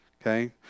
okay